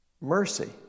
Mercy